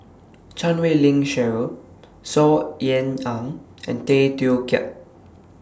Chan Wei Ling Cheryl Saw Ean Ang and Tay Teow Kiat